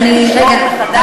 וצריך לשאוב מחדש,